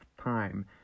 time